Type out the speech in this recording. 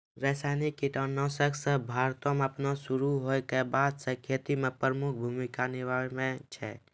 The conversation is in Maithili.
रसायनिक कीटनाशक सभ भारतो मे अपनो शुरू होय के बादे से खेती मे प्रमुख भूमिका निभैने छै